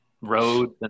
Roads